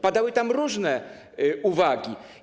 Padały tam różne uwagi.